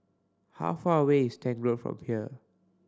how far away is Tank Road from here